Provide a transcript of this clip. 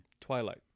twilight